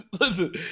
Listen